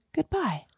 Goodbye